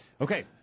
Okay